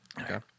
Okay